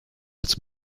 als